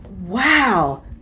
wow